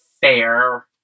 fair